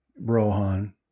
Rohan